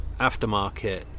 aftermarket